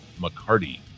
McCarty